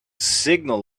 signal